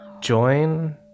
join